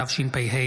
התשפ"ה